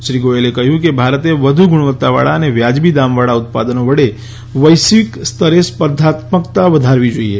શ્રી ગોયલે કહ્યું કે ભારતે વધુ ગુણવત્તાવાળા અને વાજબીદામવાળા ઉત્પાદનો વડે વૈશ્વિકસ્તરે સ્પર્ધાત્મકતા વધારવી જોઈએ